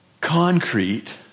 concrete